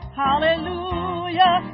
hallelujah